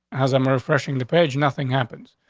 as i'm refreshing the page, nothing happens.